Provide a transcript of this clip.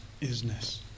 isness